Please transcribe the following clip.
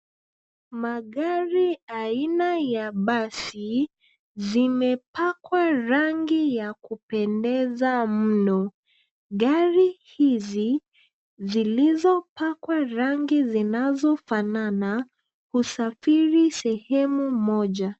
Magari aina ya basi zimepakwa rangi ya kupendeza mno. Gari hizi zilizopakwa rangi zinazofana husafiri sehemu moja.